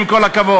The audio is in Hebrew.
עם כל הכבוד.